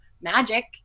magic